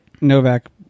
Novak